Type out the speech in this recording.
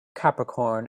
capricorn